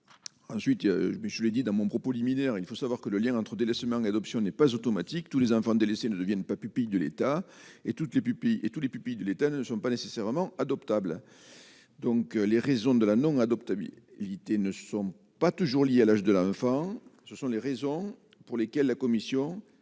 ensuite, mais je l'ai dit dans mon propos liminaire, il faut savoir que le lien entre délaissement l'adoption n'est pas automatique, tous les enfants délaissés ne devienne pas pupilles de l'État et toutes les pupilles et tous les pupilles de l'État ne sont pas nécessairement adoptables donc les raisons de la non-l'IT ne sont pas toujours liés à l'âge de l'enfant, ce sont les raisons pour lesquelles la commission.